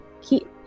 keep